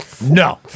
No